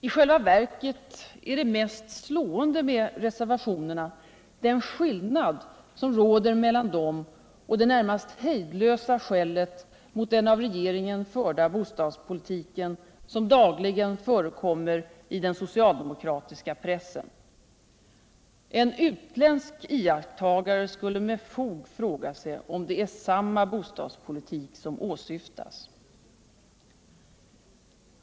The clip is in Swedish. I själva verket är det mest slående med reservationerna den skillnad som råder mellan dem och det närmast hejdlösa skället mot den av regeringen förda bostadspolitiken som dagligen förekommer i den socialdemokratiska pressen. En utländsk iakttagare skulle med fog fråga sig om det är samma bostadspolitik som åsyftas.